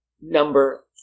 Number